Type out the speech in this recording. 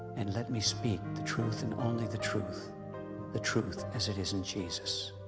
and let me speak the truth and only the truth the truth as it is in jesus.